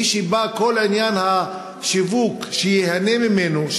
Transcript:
מי שכל עניין השיווק בא כדי שייהנה ממנו,